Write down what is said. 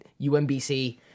UMBC